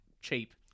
cheap